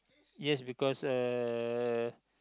yes because uh